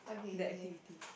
that activity